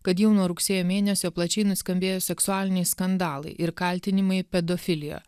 kad jau nuo rugsėjo mėnesio plačiai nuskambėjo seksualiniai skandalai ir kaltinimai pedofilija